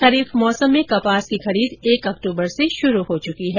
खरीफ मौसम में कपास की खरीद एक अक्टूबर से शुरू हो चुकी है